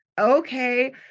okay